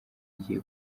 igiye